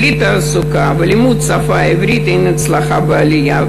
בלי תעסוקה ולימוד השפה העברית אין הצלחה בעלייה.